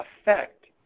effect